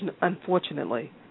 unfortunately